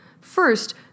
First